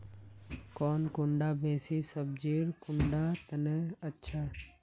कौन कुंडा बीस सब्जिर कुंडा तने अच्छा?